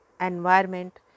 environment